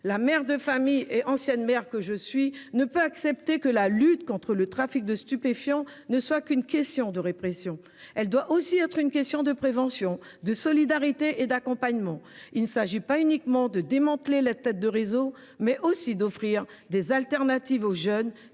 La mère de famille et ancienne maire que je suis ne peut pas accepter que la lutte contre le trafic de stupéfiants ne soit qu’une question de répression. Elle doit aussi être une question de prévention, de solidarité et d’accompagnement. Il ne s’agit pas uniquement de démanteler les têtes de réseau, il faut aussi offrir des alternatives aux jeunes,